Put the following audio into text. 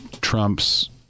Trump's